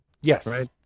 Yes